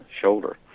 shoulder